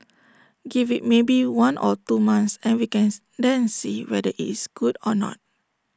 give IT maybe one or two months and we cans then see whether IT is good or not